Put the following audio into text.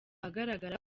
ahagaragara